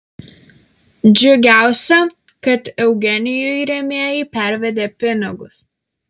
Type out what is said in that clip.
džiugiausia kad eugenijui rėmėjai pervedė pinigus